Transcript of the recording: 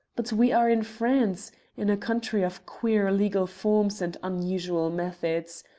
but we are in france in a country of queer legal forms and unusual methods.